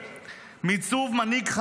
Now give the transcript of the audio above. זה לא אני,